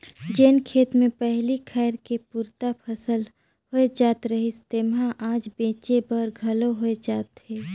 जेन खेत मे पहिली खाए के पुरता फसल होए जात रहिस तेम्हा आज बेंचे बर घलो होए जात हे